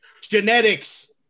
Genetics